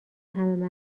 همه